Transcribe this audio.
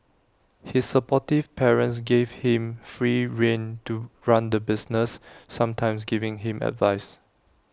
his supportive parents gave him free rein to run the business sometimes giving him advice